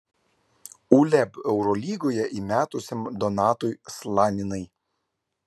uleb eurolygoje įmetusiam donatui slaninai